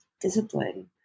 discipline